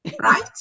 right